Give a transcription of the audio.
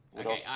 Okay